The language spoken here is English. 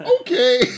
Okay